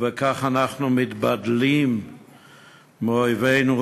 ובכך אנחנו מתבדלים מאויבינו,